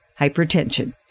Hypertension